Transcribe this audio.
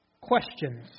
questions